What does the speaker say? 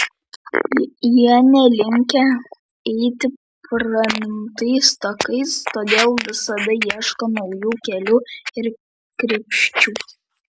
jie nelinkę eiti pramintais takais todėl visada ieško naujų kelių ir krypčių